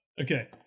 Okay